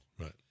Right